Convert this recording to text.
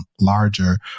larger